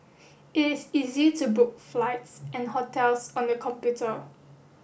it is easy to book flights and hotels on the computer